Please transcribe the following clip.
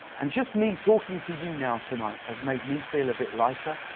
and just me talking to you now tonight has made me feel a bit lighter.